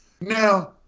Now